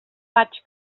vaig